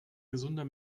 gesunder